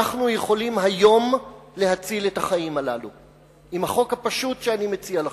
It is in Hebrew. אנחנו יכולים היום להציל את החיים הללו עם החוק הפשוט שאני מציע לכם.